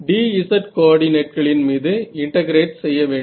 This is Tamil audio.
dz கோஆர்டினேட்களின் மீது இன்டெகிரேட் செய்ய வேண்டும்